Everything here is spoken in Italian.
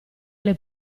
alle